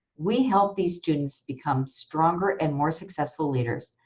we help these students become stronger and more successful leaders.